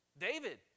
David